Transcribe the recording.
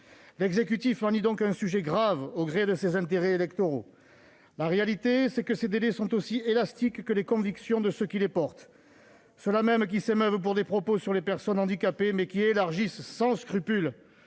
L'exécutif manie donc un sujet grave au gré de ses intérêts électoraux. La réalité, c'est que ces délais sont aussi élastiques que les convictions de ceux qui les défendent. D'ailleurs, les mêmes qui s'émeuvent de propos sur les personnes handicapées élargissent sans scrupule